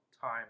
time